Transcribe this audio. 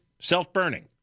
self-burning